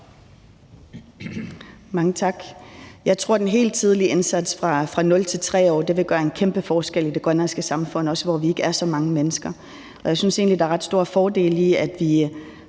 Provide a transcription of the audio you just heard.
Mange tak. Jeg tror, at den helt tidlige indsats fra 0 til 3 år vil gøre en kæmpe forskel i det grønlandske samfund, også hvor vi ikke er så mange mennesker. Jeg synes egentlig, der er nogle ret store fordele i, at vi